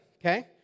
okay